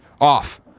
off